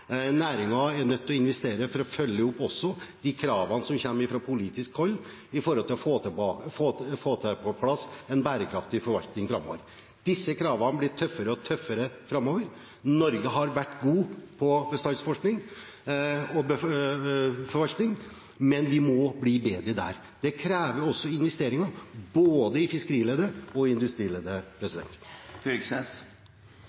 er nødt til å investere for å følge opp også de kravene som kommer fra politisk hold når det gjelder å få på plass en bærekraftig forvaltning framover. Disse kravene blir tøffere og tøffere framover. Norge har vært god når det gjelder bestandsforskning og -forvaltning, men vi må bli bedre. Det krever også investeringer, både i fiskerileddet og i